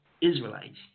Israelites